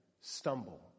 stumble